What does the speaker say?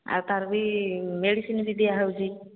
ଆଉ ତାର ବି ମେଡ଼ିସିନ ବି ଦିଆହଉଛି